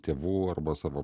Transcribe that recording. tėvų arba savo